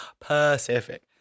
Pacific